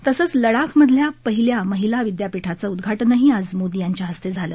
तसंच लडाख मधल्या पहिल्या महिला विद्यापीठाचं उदघाटनही आज मोदी यांच्या हस्ते झालं